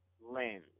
lens